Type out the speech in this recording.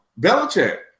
Belichick